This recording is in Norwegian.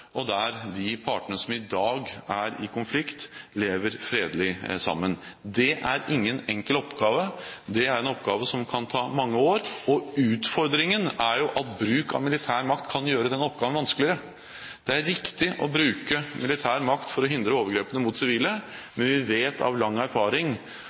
og der de partene som i dag er i konflikt, lever fredelig sammen. Det er ingen enkel oppgave. Det er en oppgave som kan ta mange år. Utfordringen er at bruk av militær makt kan gjøre den oppgaven vanskeligere. Det er riktig å bruke militær makt for å hindre overgrep mot sivile, men vi vet av lang erfaring